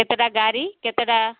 କେତେଟା ଗାରି କେତେଟା